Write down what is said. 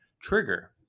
trigger